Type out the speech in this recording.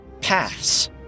pass